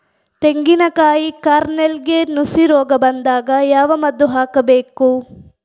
ತೆಂಗಿನ ಕಾಯಿ ಕಾರ್ನೆಲ್ಗೆ ನುಸಿ ರೋಗ ಬಂದಾಗ ಯಾವ ಮದ್ದು ಹಾಕಬೇಕು?